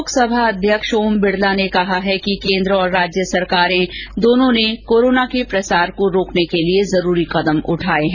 लोकसभा अध्यक्ष ओम बिडला ने कहा है कि केन्द्र और राज्य सरकारों दोनों ने कोरोना के प्रसार को रोकने के लिए जरूरी कदम उठाये हैं